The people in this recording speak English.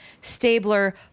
Stabler